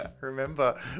remember